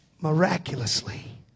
miraculously